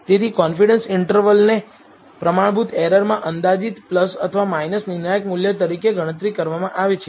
તેથી કોન્ફિડન્સ ઈન્ટર્વલને પ્રમાણભૂત એરરમાં અંદાજિત અથવા નિર્ણાયક મૂલ્ય તરીકે ગણતરી કરવામાં આવે છે